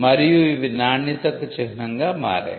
మరియు ఇవి నాణ్యతకు చిహ్నంగా మారాయి